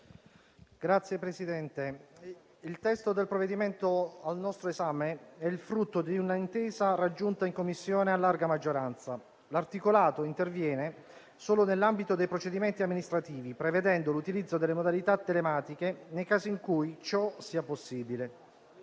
il testo del provvedimento al nostro esame è frutto di un'intesa raggiunta in Commissione a larga maggioranza. L'articolato interviene solo nell'ambito dei procedimenti amministrativi, prevedendo l'utilizzo delle modalità telematiche nel caso in cui ciò sia possibile.